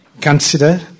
Consider